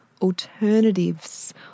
alternatives